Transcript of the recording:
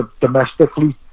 domestically